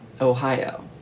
Ohio